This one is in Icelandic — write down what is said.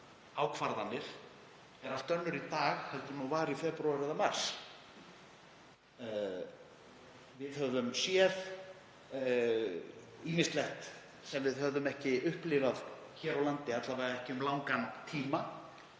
ákvarðanir er allt önnur í dag en hún var í febrúar eða mars. Við höfum séð ýmislegt sem við höfðum ekki upplifað hér á landi, alla vega ekki um langan tíma,